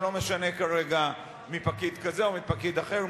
לא משנה כרגע מפקיד כזה או מפקיד אחר,